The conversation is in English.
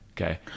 Okay